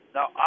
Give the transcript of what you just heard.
Now